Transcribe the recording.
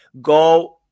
go